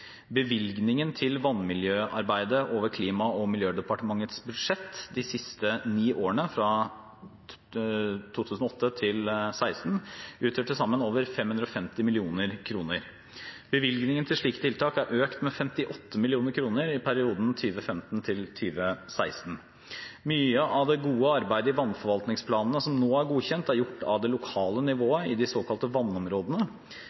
Bevilgningen til vannmiljøarbeidet over Klima- og miljødepartementets budsjett de siste ni årene, fra 2008 til 2016, utgjør til sammen over 550 mill. kr. Bevilgningen til slike tiltak er økt med 58 mill. kr i perioden 2015–2016. Mye av det gode arbeidet i vannforvaltningsplanene som nå er godkjent, er gjort av det lokale